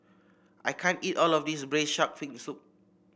I can't eat all of this Braised Shark Fin Soup